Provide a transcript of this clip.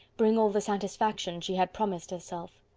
bring all the satisfaction she had promised herself.